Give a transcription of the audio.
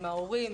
עם ההורים,